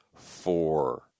four